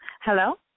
Hello